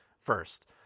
first